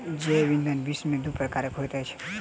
जैव ईंधन विश्व में दू प्रकारक होइत अछि